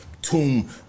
tomb